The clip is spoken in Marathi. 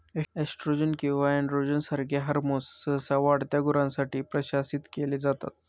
एस्ट्रोजन किंवा एनड्रोजन सारखे हॉर्मोन्स सहसा वाढत्या गुरांसाठी प्रशासित केले जातात